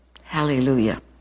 Hallelujah